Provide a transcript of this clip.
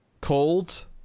cold